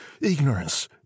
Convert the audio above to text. ignorance